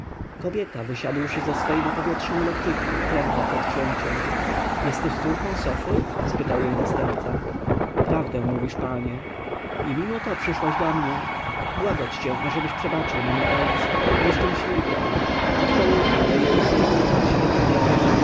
kobieta wysiadłszy ze swej napowietrznej lektyki uklękła przed księciem jesteś córką sofry spytał jej następca prawdę mówisz panie i mimo to przyszłaś do mnie błagać cię ażebyś przebaczył memu ojcu nieszczęśliwy on od południa leje łzy i tarza się w popiele